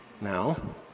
now